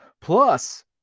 plus